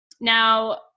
now